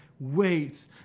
Wait